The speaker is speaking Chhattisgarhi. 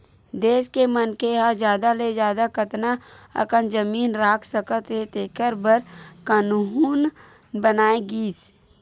देस के मनखे ह जादा ले जादा कतना अकन जमीन राख सकत हे तेखर बर कान्हून बनाए गिस